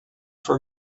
for